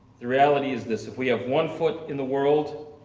the reality is this if we have one foot in the world,